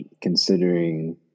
considering